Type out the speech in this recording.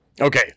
okay